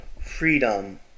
freedom